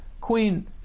queen